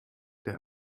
der